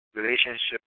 relationship